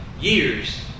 years